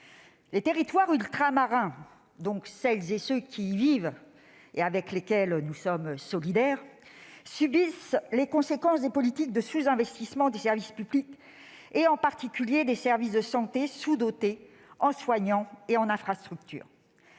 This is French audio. Les territoires ultramarins- donc celles et ceux qui y vivent et dont nous sommes solidaires -subissent les conséquences des politiques successives de sous-investissement dans les services publics et en particulier dans les services de santé, sous-dotés en soignants et en infrastructures.